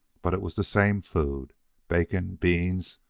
but it was the same food bacon, beans,